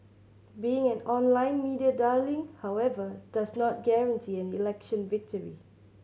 being an online media darling however does not guarantee an election victory